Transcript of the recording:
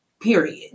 period